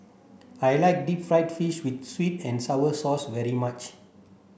I like deep fried fish with sweet and sour sauce very much